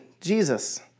Jesus